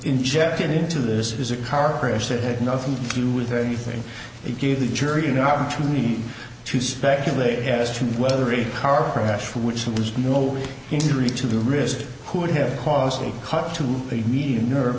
inject it into this is a car crash that had nothing to do with anything it gave the jury an opportunity to speculate as to whether a car crash which there was no injury to the wrist who would have caused a cut to the median nerve